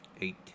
Eight